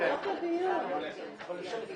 ומאחר שהוא לא התחיל את ההצבעה,